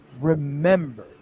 remember